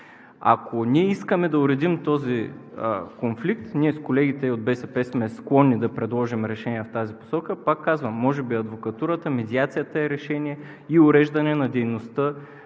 Ако ние искаме да уредим този конфликт – ние с колегите от БСП сме склонни да предложим решения в тази посока, пак казвам, може би адвокатурата, медиацията е решение и уреждане на дейността